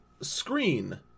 screen